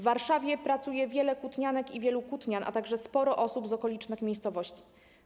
W Warszawie pracuje wiele kutnianek i wielu kutnian, a także sporo osób z okolicznych miejscowości.